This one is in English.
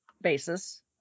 basis